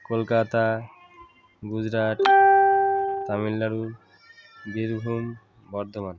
Kolkata Gujarat Tamil Nadu Birbhum Bardhaman